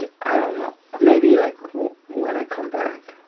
ah i don't know maybe like when i come back